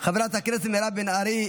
חברת הכנסת מירב בן ארי,